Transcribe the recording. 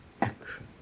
action